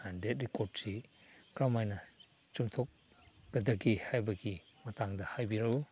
ꯗꯦꯗ ꯔꯦꯀꯣꯔꯠꯁꯤ ꯀꯔꯝ ꯍꯥꯏꯅ ꯆꯨꯝꯊꯣꯛꯀꯗꯒꯦ ꯍꯥꯏꯕꯒꯤ ꯃꯇꯥꯡꯗ ꯍꯥꯏꯕꯤꯔꯛꯎ